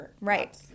Right